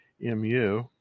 MU